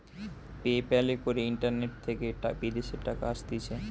pay প্যালে করে internet থেকে বিদেশের টাকা আসতিছে